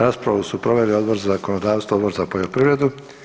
Raspravu su proveli Odbor za zakonodavstvo i Odbor za poljoprivredu.